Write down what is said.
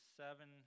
seven